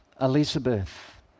elizabeth